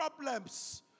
problems